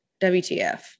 WTF